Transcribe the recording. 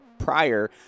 prior